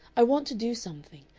i want to do something.